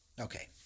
Okay